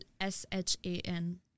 S-H-A-N